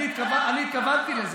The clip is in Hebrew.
אני התכוונתי לזה,